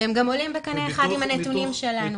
והם גם עולים בקנה אחד עם הנתונים שלנו.